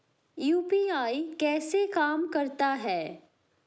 UPI कैसे काम करता है?